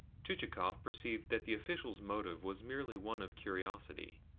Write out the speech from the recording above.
chichikov perceived that the officials' motive was merely one of curiosity,